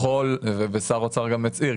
שר האוצר גם הצהיר,